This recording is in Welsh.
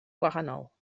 gwahanol